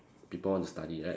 people want to study right